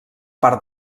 part